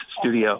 studio